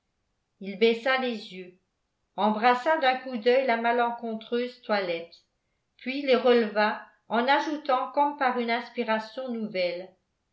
il baissa les yeux embrassa d'un coup d'œil la malencontreuse toilette puis les releva en ajoutant comme par une inspiration nouvelle